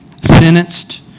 sentenced